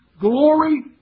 glory